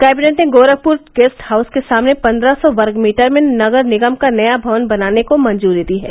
cabinet ने Gorakhpur guest house के सामने पंद्रह सौ वर्ग मीटर में नगर निगम का नया भवन बनाने को मंजूरी दी है